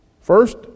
First